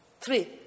Three